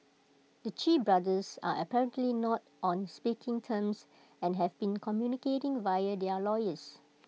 the Chee brothers are apparently not on speaking terms and have been communicating via their lawyers